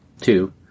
two